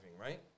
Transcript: right